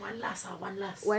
one last ah one last